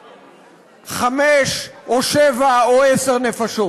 לחמש או שבע או עשר נפשות,